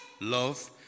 love